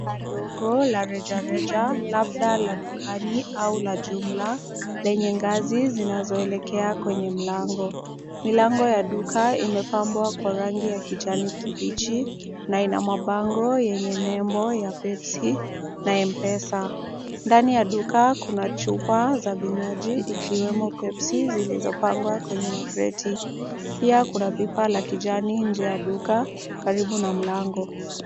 Duka ndogo la rejareja, labda la dukani au la jumla lenye ngazi zinazoelekea kwenye mlango. Milango ya duka imepambwa kwa rangi ya kijani kibichi na ina mabango yenye nembo ya Pepsi na M-Pesa. Ndani ya duka kuna chupa za vinywaji ikiwemo Pepsi, zilizopangwa kwenye makreti. Pia kuna pipa la kijani nje ya duka, karibu na mlango.